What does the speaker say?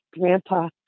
Grandpa